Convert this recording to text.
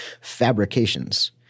fabrications